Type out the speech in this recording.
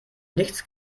nichts